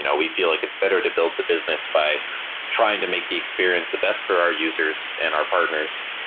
you know we feel like it's better to build the business by trying to make the experience the best for our users and our partners,